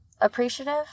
appreciative